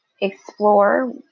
explore